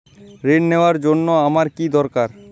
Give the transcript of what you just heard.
ঋণ নেওয়ার জন্য আমার কী দরকার?